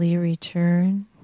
return